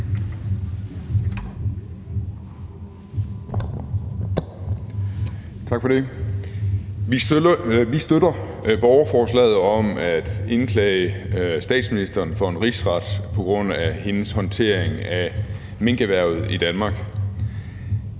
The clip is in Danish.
Vi støtter borgerforslaget om at indklage statsministeren for en rigsret på grund af hendes håndtering af minkerhvervet i Danmark.